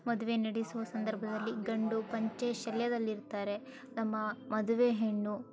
ಮದುವೆ ನಡೆಸುವ ಸಂದರ್ಭದಲ್ಲಿ ಗಂಡು ಪಂಚೆ ಶಲ್ಯದಲ್ಲಿ ಇರ್ತಾರೆ ನಮ್ಮ ಮದುವೆ ಹೆಣ್ಣು